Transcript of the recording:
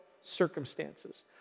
circumstances